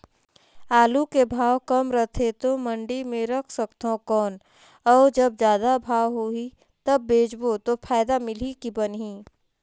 आलू के भाव कम रथे तो मंडी मे रख सकथव कौन अउ जब जादा भाव होही तब बेचबो तो फायदा मिलही की बनही?